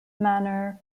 manor